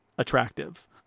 Attractive